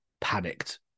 panicked